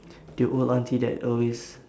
the old auntie that always